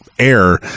air